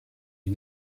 est